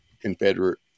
Confederate